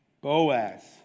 Boaz